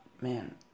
Man